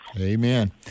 Amen